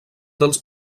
dels